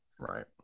Right